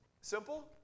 simple